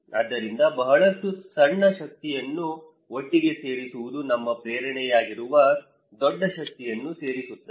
ಆದ್ದರಿಂದ ಬಹಳಷ್ಟು ಸಣ್ಣ ಶಕ್ತಿಯನ್ನು ಒಟ್ಟಿಗೆ ಸೇರಿಸುವುದು ನಮ್ಮ ಪ್ರೇರಣೆಯಾಗಿರುವ ದೊಡ್ಡ ಶಕ್ತಿಯನ್ನು ಸೇರಿಸುತ್ತದೆ